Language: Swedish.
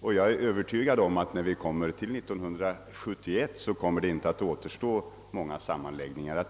Och jag är övertygad om att då vi är framme vid år 1971 kommer det inte att återstå många sammanläggningar.